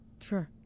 Sure